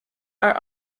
are